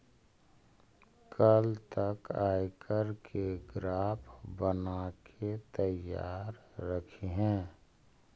कल तक आयकर के ग्राफ बनाके तैयार रखिहें